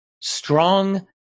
strong